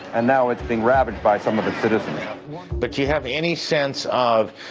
and now it's being ravaged by some of its citizens but do you have any sense of